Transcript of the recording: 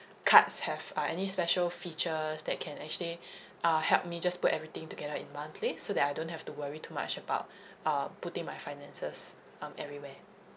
cards have uh any special features that can actually uh help me just put everything together in one place so that I don't have to worry too much about uh putting my finances um everywhere